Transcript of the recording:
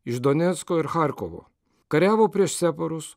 iš donecko ir charkovo kariavo prieš separus